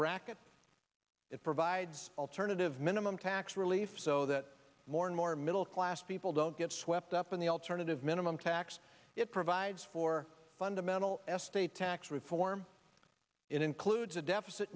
bracket it provides alternative minimum tax relief so that more and more middle class people don't get swept up in the alternative minimum tax it provides for fundamental este tax reform it includes a deficit